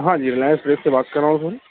ہاں جی Reliance Trade سے بات کر رہا ہوں میں